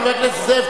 חבר הכנסת זאב,